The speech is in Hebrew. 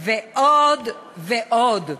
ועוד ועוד.